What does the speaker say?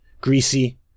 greasy